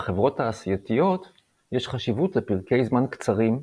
בחברות תעשייתיות יש חשיבות לפרקי זמן קצרים,